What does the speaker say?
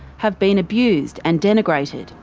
have been abused and denigrated.